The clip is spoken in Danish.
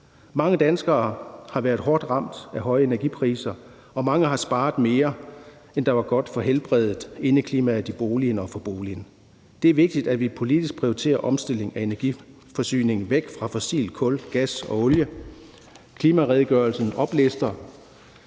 Mange danskere har været hårdt ramt af høje energipriser, og mange har sparet mere, end der var godt for helbredet, indeklimaet i boligen og for boligen. Det er vigtigt, at vi politisk prioriterer omstillingen af energiforsyningen væk fra fossilt kul, gas og olie. Klimaredegørelsen oplister